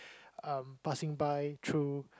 um passing by through